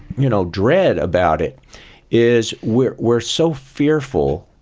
you know, dread about it is we're we're so fearful,